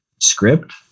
script